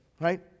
right